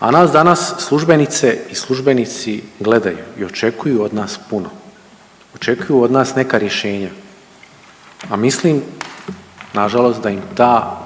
a nas danas službenice i službenici gledaju i očekuju od nas puno, očekuju od nas neka rješenja, a mislim nažalost da im ta